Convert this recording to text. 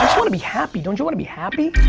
um wanna be happy. don't you wanna be happy?